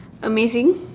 amazing